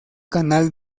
canal